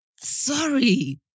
Sorry